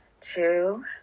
two